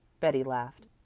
betty laughed.